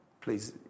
Please